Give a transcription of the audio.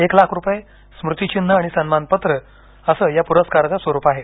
एक लाख रुपये स्मृतिचिन्ह आणि सन्मानपत्र असं या प्रस्काराचं स्वरूप आहे